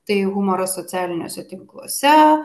tai humoro socialiniuose tinkluose